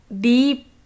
deep